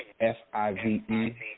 F-I-V-E